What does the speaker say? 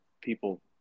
people